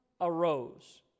arose